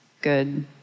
good